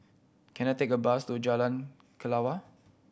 can I take a bus to Jalan Kelawar